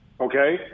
okay